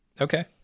Okay